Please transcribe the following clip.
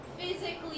physically